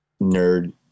nerd